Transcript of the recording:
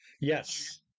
Yes